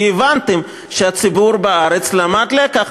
כי הבנתם שהציבור בארץ למד לקח.